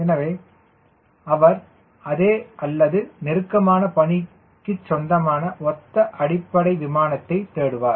எனவே அவர் அதே அல்லது நெருக்கமான பணிக்குச் சொந்தமான ஒத்த அடிப்படை விமானத்தைத் தேடுவார்